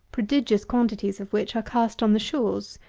prodigious quantities of which are cast on the shores.